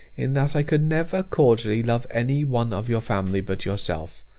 in that i could never cordially love any one of your family but yourself.